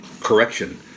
Correction